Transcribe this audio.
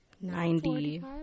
ninety